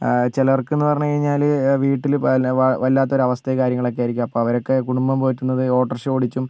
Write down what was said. ചിലർക്കെന്ന് പറഞ്ഞുകഴിഞ്ഞാൽ വീട്ടിൽ പിന്നെ വല്ലാത്തൊരു അവസ്ഥയും കാര്യങ്ങളൊക്കെ ആയിരിക്കും അപ്പോൾ അവരൊക്കെ കുടുംബം പോറ്റുന്നത് ഓട്ടോറിക്ഷ ഓടിച്ചും